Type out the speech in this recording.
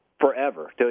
forever